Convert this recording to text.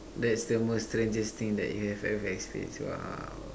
that's the most strangest thing that you have ever experience !wow!